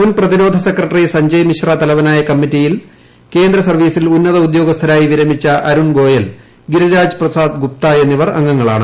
മുൻ പ്രതിരോധ സെക്രട്ടറി സഞ്ജയ് മിശ്ര തലവനായ കമ്മിറ്റിയിൽ കേന്ദ്ര സർവ്വീസിൽ ഉന്നത ഉദ്യോഗസ്ഥരായി വിരമിച്ച അരുൺ ഗോയൽ ഗിരിരാജ് പ്രസാദ് ഗുപ്ത എന്നിവർ അംഗങ്ങളാണ്